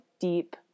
deep